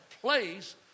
place